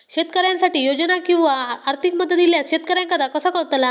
शेतकऱ्यांसाठी योजना किंवा आर्थिक मदत इल्यास शेतकऱ्यांका ता कसा कळतला?